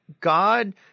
God